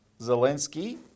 Zelensky